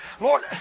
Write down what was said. Lord